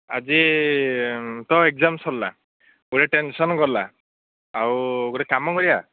ଆଜି ତ ଏଗ୍ଜାମ୍ ସରିଲା ଗୋଟେ ଟେନ୍ସନ୍ ଗଲା ଆଉ ଗୋଟେ କାମ କରିବା